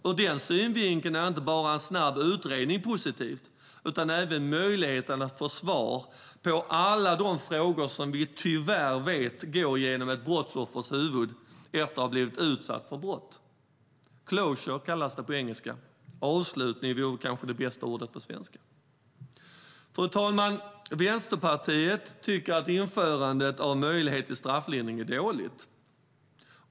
Ur den synvinkeln är inte bara en snabb utredning positivt utan även möjligheten att få svar på alla de frågor som vi tyvärr vet går genom ett brottsoffers huvud efter att ha blivit utsatt för brott. Closure kallas det på engelska. Avslutning vore kanske det bästa ordet på svenska. Fru talman! Vänsterpartiet tycker att införandet av möjlighet till strafflindring är dåligt.